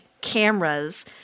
cameras